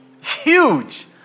Huge